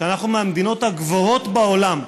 שאנחנו מהמדינות הגבוהות בעולם,